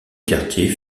quartier